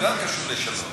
גם קשור לשלום.